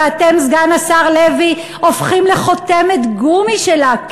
ואתם, סגן השר לוי, הופכים לחותמת גומי שלה.